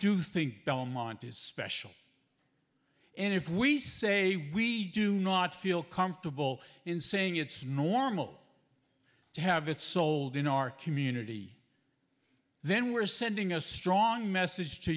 do think belmont is special and if we say we do not feel comfortable in saying it's normal to have it sold in our community then we're sending a strong message to